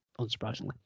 Unsurprisingly